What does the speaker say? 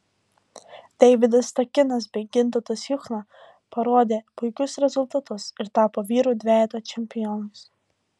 deividas takinas bei gintautas juchna parodė puikius rezultatus ir tapo vyrų dvejeto čempionais